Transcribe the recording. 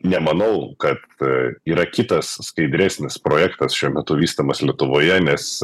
nemanau kad yra kitas skaidresnis projektas šiuo metu vystomas lietuvoje nes